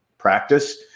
practice